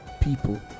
people